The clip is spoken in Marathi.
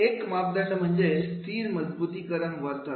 एक मापदंड म्हणजे स्थिर मजबुतीकरण वर्तन